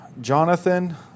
Jonathan